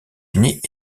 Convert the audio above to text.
unis